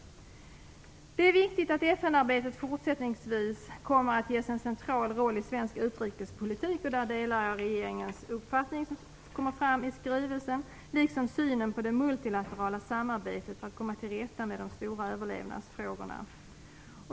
Det är viktigt att FN-arbetet fortsättningsvis kommer att ges en central roll i svensk utrikespolitik. Där delar jag regeringens uppfattning i skrivelsen liksom synen på det multilaterala samarbetet för att komma till rätta med de stora överlevnadsfrågorna.